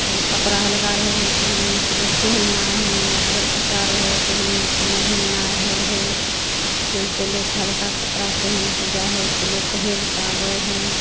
तऽ कपड़ा हल्का रहै हइ पहिनने तऽ लोकके हेलनाइ होइ हइ मोटगर कपड़ा रहै हइ पहिनने तऽ नहि हेलनाइ होइ हइ ताहिसँ लोक हल्का कपड़ा पहिनके जाइ हइ तऽ लोक हेल पाबै हइ